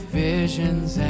visions